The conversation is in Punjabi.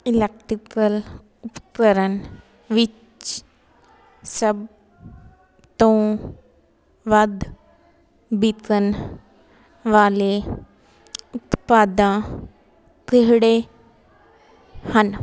ਇਲੈਕਟ੍ਰੀਕਲ ਉਪਕਰਨ ਵਿੱਚ ਸੱਭ ਤੋਂ ਵੱਧ ਵਿਕਣ ਵਾਲੇ ਉਤਪਾਦ ਕਿਹੜੇ ਹਨ